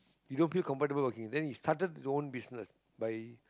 he don't feel comfortable working then he started his own business by